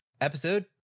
Episode